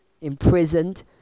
imprisoned